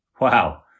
Wow